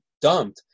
dumped